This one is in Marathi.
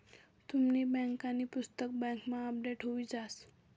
तुमनी बँकांनी पुस्तक बँकमा अपडेट हुई जास